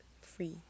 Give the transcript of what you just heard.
free